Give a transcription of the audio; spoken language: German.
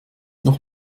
noch